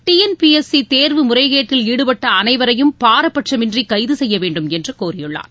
D N P S C தேர்வு முறைகேட்டில் ஈடுபட்ட அனைவரையும் பாரபட்சமின்றி கைது செய்ய வேண்டுமென்று கோரியுள்ளார்